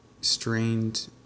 strained